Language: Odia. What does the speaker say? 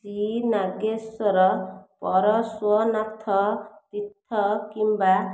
ଶ୍ରୀ ନାଗେଶ୍ୱର ପରଶ୍ଵନାଥ ତୀର୍ଥ କିମ୍ବା